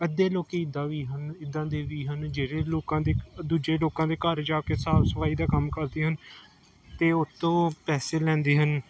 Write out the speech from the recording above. ਅੱਧੇ ਲੋਕ ਇੱਦਾਂ ਵੀ ਹਨ ਇੱਦਾਂ ਦੇ ਵੀ ਹਨ ਜਿਹੜੇ ਲੋਕਾਂ ਦੇ ਦੂਜੇ ਲੋਕਾਂ ਦੇ ਘਰ ਜਾ ਕੇ ਸਾਫ ਸਫਾਈ ਦਾ ਕੰਮ ਕਰਦੇ ਹਨ ਅਤੇ ਉਤੋਂ ਪੈਸੇ ਲੈਂਦੇ ਹਨ